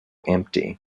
empty